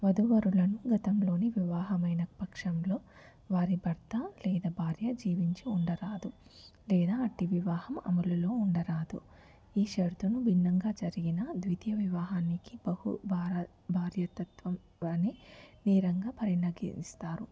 వధూవరులను గతంలోని వివాహమైన పక్షంలో వారి భర్త లేదా భార్య జీవించి ఉండరాదు లేదా అట్టి వివాహం అమలులో ఉండరాదు ఈ షరుతును భిన్నంగా జరిగిన ద్వితీయ వివాహానికి బహు బార భార్యతత్త్వంని నేరంగా పరిగణిస్తారు